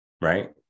right